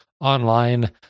online